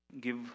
Give